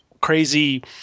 crazy